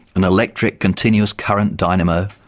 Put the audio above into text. an electric continuous current dynamo,